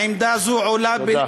עמדה זו עולה, תודה.